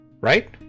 Right